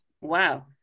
Wow